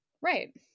Right